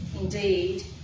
indeed